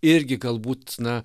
irgi galbūt na